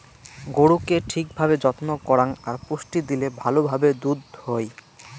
গরুকে ঠিক ভাবে যত্ন করাং আর পুষ্টি দিলে ভালো ভাবে দুধ হই